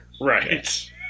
Right